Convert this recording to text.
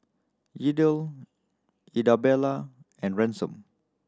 Yadiel Idabelle and Ransom